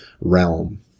realm